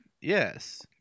Yes